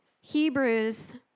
Hebrews